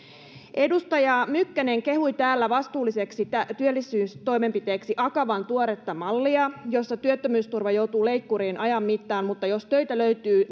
edustaja mykkänen kehui täällä vastuulliseksi työllisyystoimenpiteeksi akavan tuoretta mallia jossa työttömyysturva joutuu leikkuriin ajan mittaan mutta jos töitä löytyy